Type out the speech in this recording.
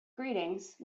greetings